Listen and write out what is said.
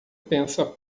pensa